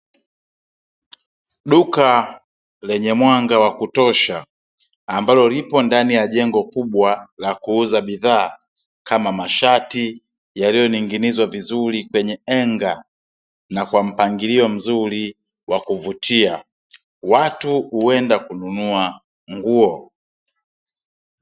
Duka lenye mwanga wa kutosha ambalo lipo ndani ya jengo kubwa la kuuza bidhaa, kama mashati yaliyoning'inizwa vizuri kwenye henga, na kwa mpangilio mzuri wa kuvutia. Watu huenda kununua nguo.